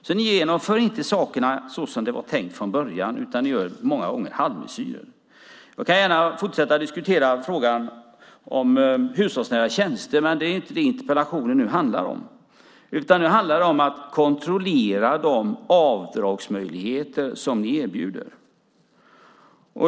Så ni genomför inte förslagen såsom det var tänkt från början, utan ni gör många gånger halvmesyrer. Jag kan gärna fortsätta att diskutera frågan om hushållsnära tjänster, men det är inte det som interpellationen nu handlar om, utan den handlar om att kontrollera de avdragsmöjligheter som ni erbjuder.